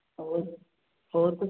ਹੋਰ ਹੋਰ ਕੁਛ